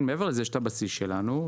מעבר לזה יש את הבסיס שלנו,